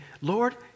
Lord